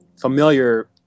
familiar